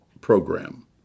program